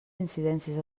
incidències